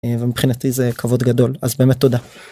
מבחינתי זה כבוד גדול אז באמת תודה.